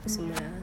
ya